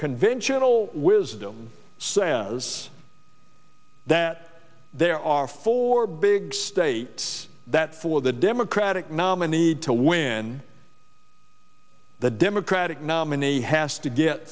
conventional wisdom says that there are four big states that for the democratic nominee to win the democratic nominee has to get